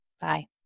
Bye